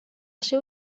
seu